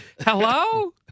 hello